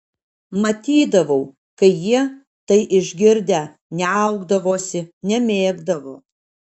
matydavau kai jie tai išgirdę niaukdavosi nemėgdavo